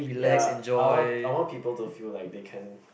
ya I want I want people to feel like they can